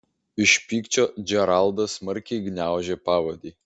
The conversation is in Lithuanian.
iš pykčio džeraldas smarkiai gniaužė pavadį